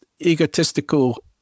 egotistical